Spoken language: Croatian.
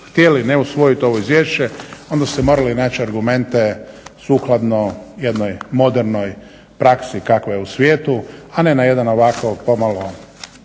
htjeli ne usvojit ovo izvješće onda ste morali naći argumente sukladno jednoj modernoj praksi kakva je u svijetu, a ne na jedan ovako pomalo